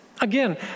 Again